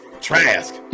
Trask